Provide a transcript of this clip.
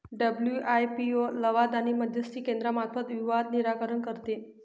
WIPO लवाद आणि मध्यस्थी केंद्रामार्फत विवाद निराकरण करते